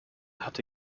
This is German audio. hatte